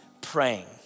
praying